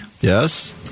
Yes